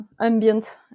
Ambient